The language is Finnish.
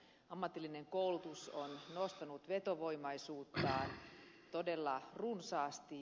ammatillinen koulutus on nostanut vetovoimaisuuttaan todella runsaasti